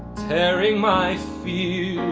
tearing my fears